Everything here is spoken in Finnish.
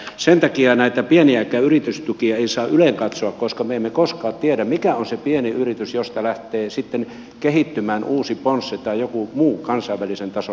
sen takia näitä pieniäkään yritystukia ei saa ylenkatsoa koska me emme koskaan tiedä mikä on se pieni yritys josta lähtee sitten kehittymään uusi ponsse tai joku muu kansainvälisen tason firma